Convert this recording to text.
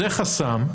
זה חסם,